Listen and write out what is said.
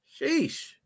Sheesh